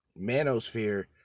manosphere